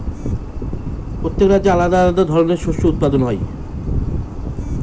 প্রত্যেক রাজ্যে আলাদা আলাদা ধরনের শস্য উৎপাদন হয়